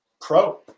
pro